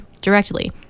directly